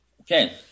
Okay